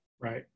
right